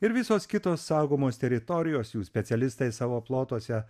ir visos kitos saugomos teritorijos jų specialistai savo plotuose